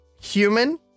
human